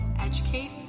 educate